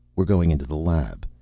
we're going into the lab.